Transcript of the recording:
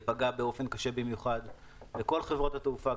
פגע באופן קשה במיוחד בכל חברות התעופה,